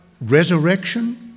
resurrection